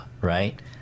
right